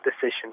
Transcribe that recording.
decision